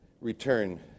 Return